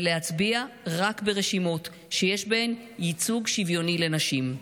ולהצביע רק לרשימות שיש בהן ייצוג שוויוני לנשים.